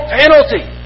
penalty